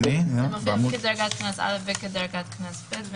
מופיע כדרגת מס א' וכדרגת מס ב'.